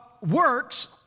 works